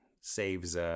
saves